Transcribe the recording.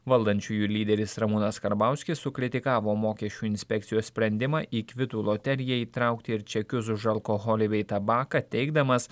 valdančiųjų lyderis ramūnas karbauskis sukritikavo mokesčių inspekcijos sprendimą į kvitų loteriją įtraukti ir čekius už alkoholį bei tabaką teigdamas